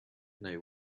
know